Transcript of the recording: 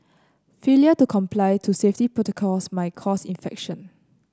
failure to comply to safety protocols may cause infection